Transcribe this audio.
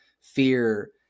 fear